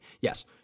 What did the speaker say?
Yes